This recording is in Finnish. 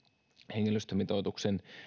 henkilöstömitoituksen